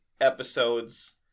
episodes